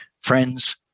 Friends